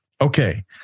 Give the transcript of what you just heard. Okay